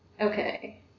Okay